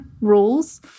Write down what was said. rules